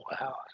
wow